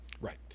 Right